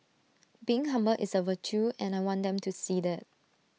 being humble is A virtue and I want them to see that